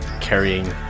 carrying